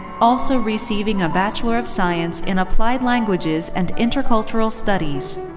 also receiving a bachelor of science in applied languages and intercultural studies.